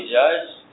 judge